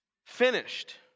Finished